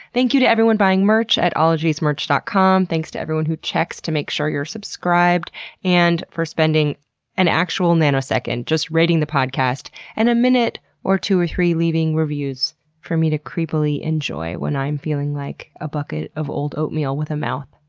thank you to everyone buying merch at ologiesmerch dot com. thanks to everyone who checks to make sure you're subscribed and for spending an actual nanosecond just rating the podcast and a minute or two or three leaving reviews for me to creepily enjoy when i am feeling like a bucket of old oatmeal with a mouth.